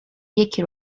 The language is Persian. یکی